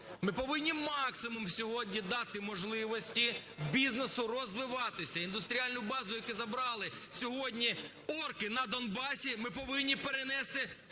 Ми повинні максимум сьогодні дати можливості бізнесу розвиватися, індустріальну базу, яку забрали сьогодні орки на Донбасі, ми повинні перенести в